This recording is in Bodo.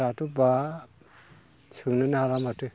दाथ' बाब सोंनोनो हाला माथो